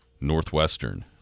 Northwestern